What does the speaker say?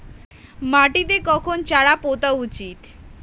মাটিতে কখন চারা পোতা উচিৎ?